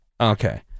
Okay